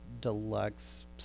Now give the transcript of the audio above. Deluxe